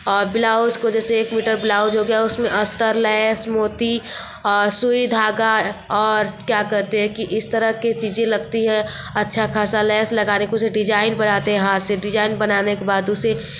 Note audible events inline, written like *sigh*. और ब्लाउज़ को जैसे एक मीटर ब्लाउज़ हो गया उसमें अस्तर लैस मोती और सुई धागा और क्या कहते हैं कि इस तरह के चीज़ें लगती हैं अच्छा खासा लैस लगाने *unintelligible* कुछ डिजाइन बनाते हैं हाथ से डिजाइन बनाने के बाद उसे